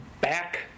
back